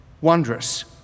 wondrous